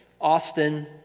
Austin